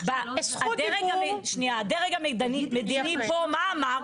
הדרג המדיני פה, מה אמר?